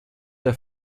der